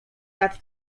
lat